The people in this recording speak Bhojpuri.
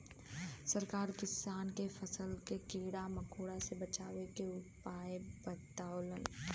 सरकार किसान के फसल के कीड़ा मकोड़ा से बचावे के उपाय बतावलन